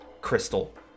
crystal